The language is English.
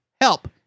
help